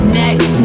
next